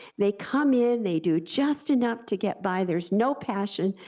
they come in, they do just enough to get by, there's no passion,